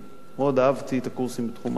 מאוד אהבתי את הקורסים בתחום מדעי הרוח.